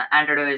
Android